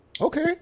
okay